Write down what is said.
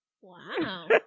Wow